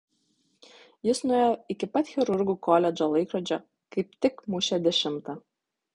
jis nuėjo iki pat chirurgų koledžo laikrodžio kaip tik mušė dešimtą